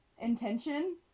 intention